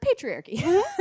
patriarchy